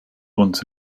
once